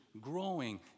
growing